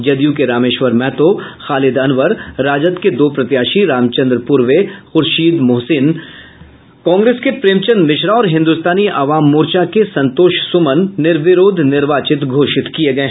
जदयू के रामेश्वर महतो खालिद अनवर राजद के दो प्रत्याशी रामचंद्र पूर्वे खुर्शीद मोहसिन कांग्रेस के प्रेम चंद्र मिश्रा और हिन्दुस्तानी आवाम मोर्चा के संतोष सुमन निर्विरोध निर्वाचित घोषित किये गये